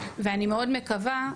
ואני מאוד מקווה,